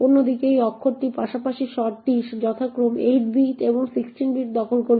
অন্যদিকে এই অক্ষরটির পাশাপাশি শর্টটি যথাক্রমে 8 বিট এবং 16 বিট দখল করবে